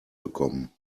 bekommen